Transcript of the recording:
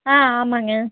ஆ ஆமாம்ங்க